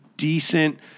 decent